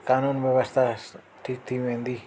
कानून व्यवस्था ठीकु थी वेंदी